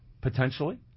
potentially